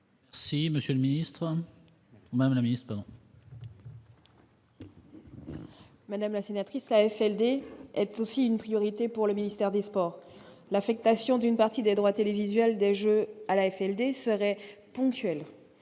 Madame la sénatrice AFLD est aussi une priorité pour le ministère des Sports l'affectation d'une partie des droits télévisuels des jeux à l'AFLD serait ponctuel et